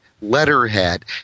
Letterhead